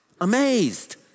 Amazed